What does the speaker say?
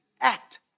act